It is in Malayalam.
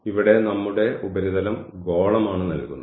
ഇവിടെ നമ്മുടെ ഉപരിതലം ഗോളമാണ് നൽകുന്നത്